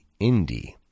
Indie